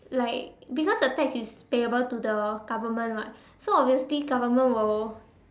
like because the tax is payable to the government [what] so obviously government will